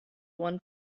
one